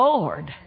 Lord